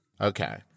Okay